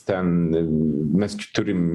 ten mes turim